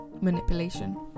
manipulation